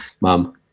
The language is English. Mom